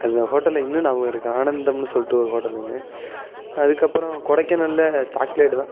அந்த ஹோட்டலில் இன்னு ஞாபகம் இருக்கு ஆனந்தம்ன்னு சொல்லிட்டு ஒரு ஹோட்டல் ஒன்று அதுக்கப்புறம் கொடைக்கானலில் சாக்லேட்டு தான்